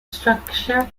structure